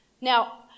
Now